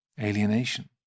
alienation